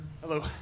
Hello